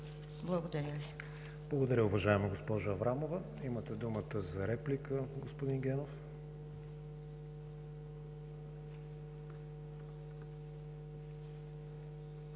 Благодаря Ви, уважаема госпожо Аврамова. Имате думата за реплика, господин Генов.